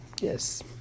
Yes